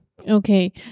Okay